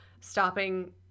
stopping